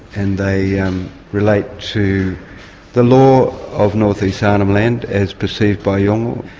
and they um relate to the law of north-east arnhem land as perceived by yolngu,